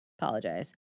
Apologize